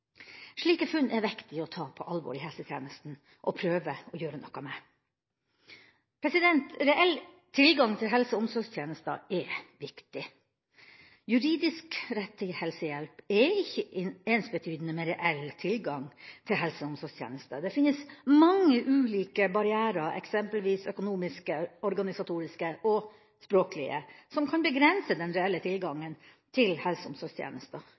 Slike funn er det viktig å ta på alvor for helsetjenesten og prøve å gjøre noe med. Reell tilgang til helse- og omsorgstjenester er viktig. Juridisk rett til helsehjelp er ikke ensbetydende med reell tilgang til helse- og omsorgstjenester. Det finnes mange ulike barrierer, f.eks. økonomiske, organisatoriske og språklige, som kan begrense den reelle tilgangen til helse- og omsorgstjenester.